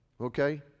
okay